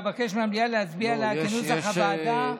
ואבקש מהמליאה להצביע עליה כנוסח הוועדה.